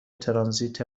ترانزیت